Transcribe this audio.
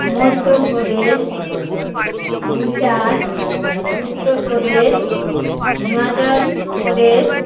Madhya Pradesh Gujarat Uttar Pradesh Himachal Pradesh